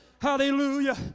Hallelujah